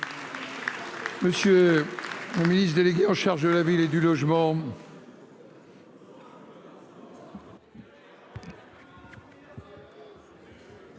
M. le ministre délégué chargé de la ville et du logement.